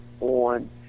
on